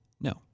No